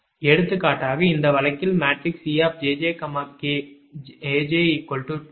எடுத்துக்காட்டாக இந்த வழக்கில் மேட்ரிக்ஸ் e𝑗𝑗 𝑘 𝑗𝑗 12